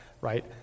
Right